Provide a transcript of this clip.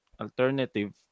alternative